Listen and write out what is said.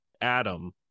adam